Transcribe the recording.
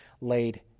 laid